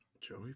Joey